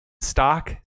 stock